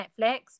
Netflix